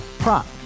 Prop